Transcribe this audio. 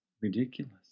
ridiculous